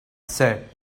said